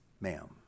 ma'am